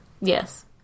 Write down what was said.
Yes